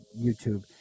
youtube